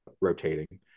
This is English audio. rotating